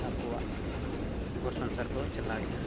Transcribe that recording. ᱟᱠᱚᱣᱟᱜ ᱜᱷᱚᱨ ᱥᱚᱝᱥᱟᱨ ᱠᱚ ᱪᱟᱞᱟᱣᱮᱜᱼᱟ